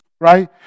right